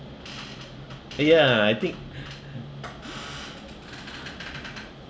oh ya I think